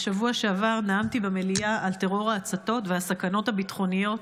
בשבוע שעבר נאמתי במליאה על טרור ההצתות והסכנות הביטחוניות